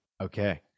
Okay